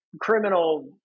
criminal